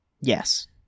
yes